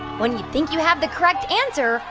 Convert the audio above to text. when you think you have the correct answer,